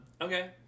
okay